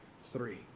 three